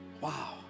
wow